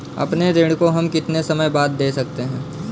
अपने ऋण को हम कितने समय बाद दे सकते हैं?